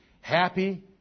Happy